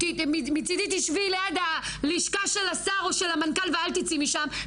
מצידי תשבי ליד הלשכה של השר או של המנכ"ל ואל תצאי משם,